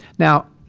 now,